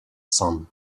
sun